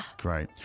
Great